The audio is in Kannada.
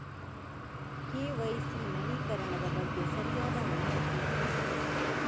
ಕೆ.ವೈ.ಸಿ ನವೀಕರಣದ ಬಗ್ಗೆ ಸರಿಯಾದ ಮಾಹಿತಿ ತಿಳಿಸಿ?